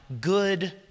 good